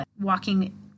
walking